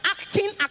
acting